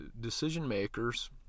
decision-makers